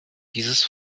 dieses